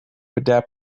adapt